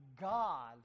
God